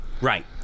Right